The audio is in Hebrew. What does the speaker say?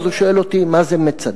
אז הוא שואל אותי: מה זה מצדה?